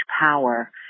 power